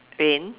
pain